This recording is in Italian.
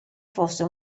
fosse